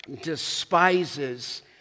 despises